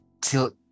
till